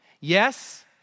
Yes